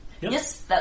Yes